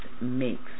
makes